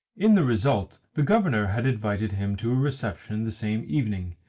in the result the governor had invited him to a reception the same evening,